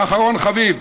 ואחרון חביב,